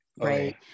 Right